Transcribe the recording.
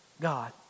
God